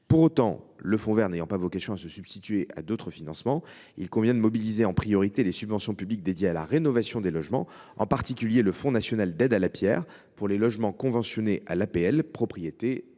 Pour autant, ce dernier n’ayant pas vocation à se substituer à d’autres financements, il convient de mobiliser en priorité les subventions publiques dédiées à la rénovation des logements, en particulier le Fonds national des aides à la pierre (Fnap) pour les logements conventionnés à l’aide personnalisée